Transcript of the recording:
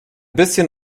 bisschen